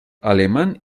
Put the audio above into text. alemán